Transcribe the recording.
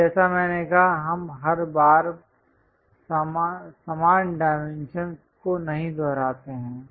और जैसा मैंने कहा हम हर बार समान डाइमेंशंस को नहीं दोहराते हैं